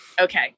Okay